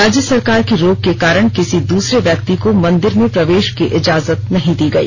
राज्य सरकार की रोक के कारण किसी दूसरे व्यक्ति को मंदिर में प्रवेश की इजाजत नहीं दी गई